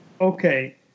Okay